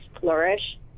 flourish